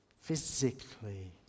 physically